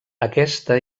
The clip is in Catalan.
aquesta